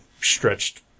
Stretched